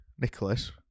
Nicholas